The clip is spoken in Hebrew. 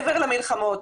מעבר למלחמות,